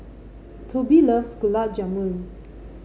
Tobie loves Gulab Jamun